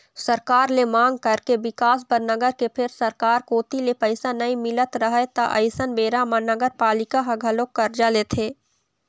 सरकार ले मांग करथे बिकास बर नगर के फेर सरकार कोती ले पइसा नइ मिलत रहय त अइसन बेरा म नगरपालिका ह घलोक करजा लेथे